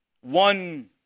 one